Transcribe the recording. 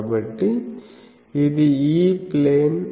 కాబట్టి ఇది E plane